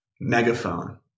megaphone